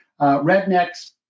rednecks